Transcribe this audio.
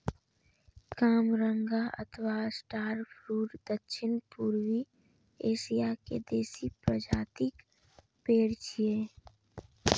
कामरंगा अथवा star fruit दक्षिण पूर्वी एशिया के देसी प्रजातिक पेड़ छियै